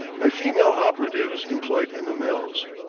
by female operatives employed in the mills.